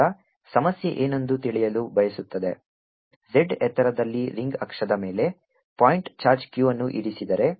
q2π00Rdr2π0R ಈಗ ಸಮಸ್ಯೆ ಏನೆಂದು ತಿಳಿಯಲು ಬಯಸುತ್ತದೆ z ಎತ್ತರದಲ್ಲಿ ರಿಂಗ್ ಅಕ್ಷದ ಮೇಲೆ ಪಾಯಿಂಟ್ ಚಾರ್ಜ್ q ಅನ್ನು ಇರಿಸಿದರೆ